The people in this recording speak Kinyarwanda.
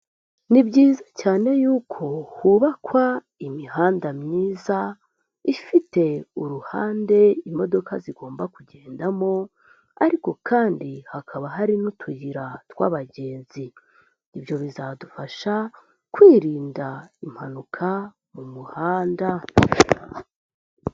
Ni byiza cyane yuko hubakwa imihanda myiza ifite uruhande imodoka zigomba kugendamo ariko kandi hakaba hari n'utuyira tw'abagenzi, ibyo bizadufasha kwirinda impanuka mu muhanda.